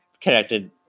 connected